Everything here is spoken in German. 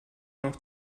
noch